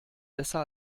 besser